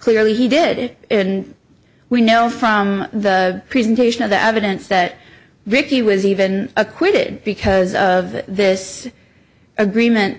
clearly he did it and we know from the presentation of the evidence that ricky was even acquitted because of this agreement